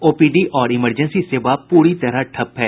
OPD और emergency सेवा पूरी तरह ठप है